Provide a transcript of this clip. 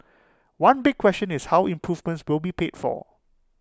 one big question is how improvements will be paid for